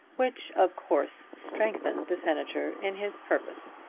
which of course strengthened the senator in his purpose.